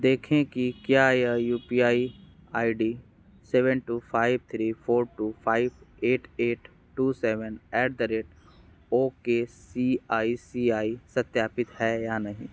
देखें कि क्या यह UPI ID seven two five three four two five eight eight two seven eight the rate okay C I C I सत्यापित है या नहीं